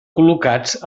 col·locats